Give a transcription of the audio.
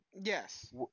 Yes